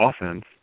offense